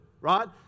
right